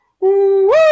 Woo